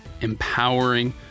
empowering